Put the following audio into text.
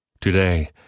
Today